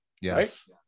Yes